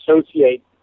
associate